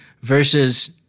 versus